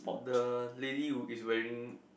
the lady who is wearing